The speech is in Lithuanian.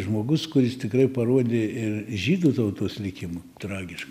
žmogus kuris tikrai parodė ir žydų tautos likimą tragiš